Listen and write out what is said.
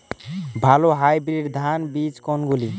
ভালো হাইব্রিড ধান বীজ কোনগুলি?